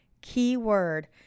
keyword